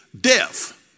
death